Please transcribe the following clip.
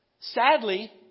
Sadly